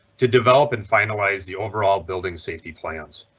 to develop and finalize the overall building safety plans.